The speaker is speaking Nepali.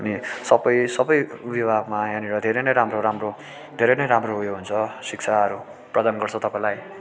अनि सबै सबै विभागमा यहाँनिर धेरै नै राम्रो राम्रो धेरै नै राम्रो उयो हुन्छ शिक्षाहरू प्रदान गर्छ तपाईँलाई